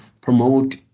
promote